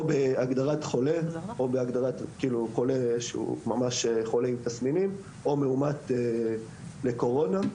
בהגדרת חולה עם תסמינים או בהגדרת מאומת לקורונה.